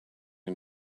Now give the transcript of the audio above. can